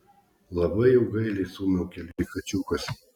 labai jau gailiai sumiaukė lyg kačiukas